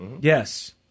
yes